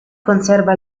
conserva